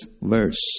verse